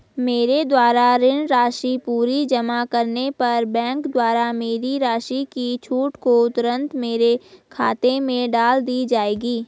मेरे द्वारा ऋण राशि पूरी जमा करने पर बैंक द्वारा मेरी राशि की छूट को तुरन्त मेरे खाते में डाल दी जायेगी?